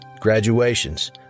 graduations